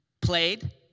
played